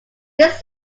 this